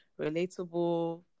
relatable